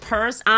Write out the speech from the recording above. Purse